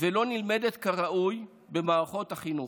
ולא נלמדת כראוי במערכות החינוך.